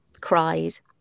cries